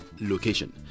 location